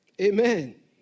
Amen